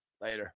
Later